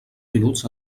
minuts